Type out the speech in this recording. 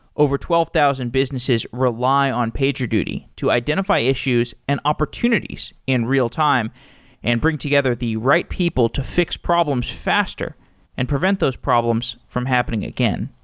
over twelve thousand businesses rely on pagerduty to identify issues and opportunities in real time and bring together the right people to fix problems faster and prevent those problems from happening again.